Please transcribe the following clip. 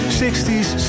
60s